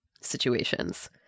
situations